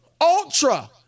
ultra